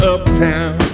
Uptown